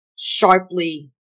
sharply